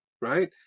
right